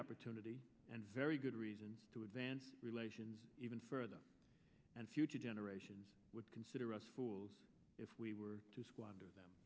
opportunity and very good reason to advance relations even further and future generations would consider us fools if we were to squander them